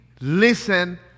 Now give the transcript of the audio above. listen